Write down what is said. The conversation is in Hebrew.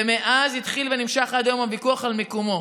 ומאז התחיל ונמשך עד היום הוויכוח על מיקומו.